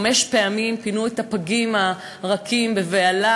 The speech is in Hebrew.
חמש פעמים פינו את הפגים הרכים בבהלה,